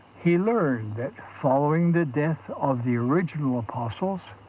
he learned that following the death of the original apostles,